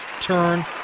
Turn